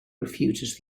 refuses